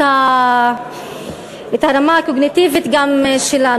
את הרמה הקוגניטיבית שלנו.